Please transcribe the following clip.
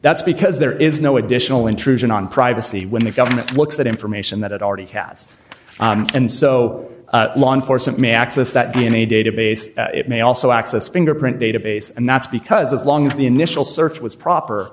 that's because there is no additional intrusion on privacy when the government looks that information that it already has and so law enforcement may access that d n a database it may also access fingerprint database and that's because as long as the initial search was proper